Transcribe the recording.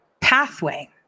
pathway